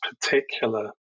particular